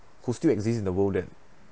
who still exist in the world that